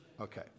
Okay